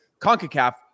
CONCACAF